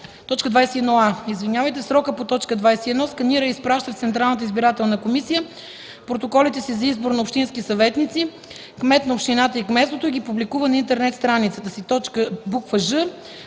се т. 21а: „21а. в срока по т. 21 сканира и изпраща в Централната избирателна комисия протоколите си за избор на общински съветници, кмет на общината и кметството и ги публикува на интернет страницата си;” ж)